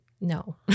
no